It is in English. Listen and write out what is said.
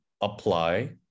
apply